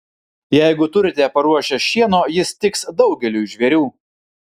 jeigu turite paruošę šieno jis tiks daugeliui žvėrių